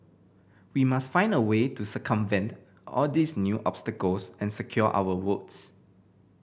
we must find a way to circumvent all these new obstacles and secure our votes